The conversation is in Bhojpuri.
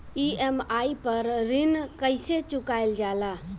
ई.एम.आई पर ऋण कईसे चुकाईल जाला?